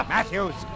Matthews